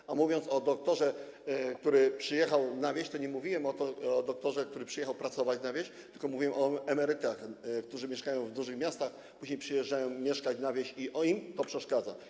A kiedy mówiłem o doktorze, który przyjechał na wieś, to nie mówiłem o doktorze, który przyjechał pracować na wieś, tylko mówiłem o emerytach, którzy mieszkają w dużych miastach, później przyjeżdżają mieszkać na wieś i im to przeszkadza.